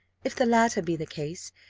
if the latter be the case,